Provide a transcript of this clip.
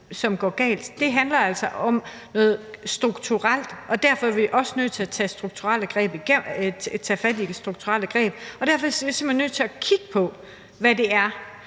som går galt. Det handler altså om noget strukturelt, og derfor er vi også nødt til at tage fat i strukturelle greb. Derfor er vi simpelt hen nødt til at kigge på, hvad det er,